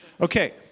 Okay